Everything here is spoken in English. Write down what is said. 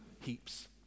heaps